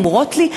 אומרות לי: